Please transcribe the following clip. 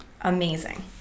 amazing